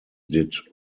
did